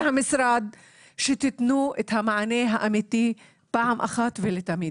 המשרד שתיתנו את המענה האמיתי פעם אחת ולתמיד.